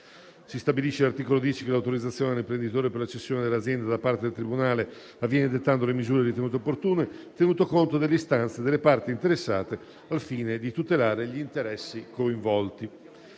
Si stabilisce, all'articolo 10, che l'autorizzazione all'imprenditore per la cessione dell'azienda da parte del tribunale avviene dettando le misure ritenute opportune, tenuto conto delle istanze delle parti interessate al fine di tutelare gli interessi coinvolti.